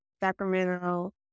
Sacramento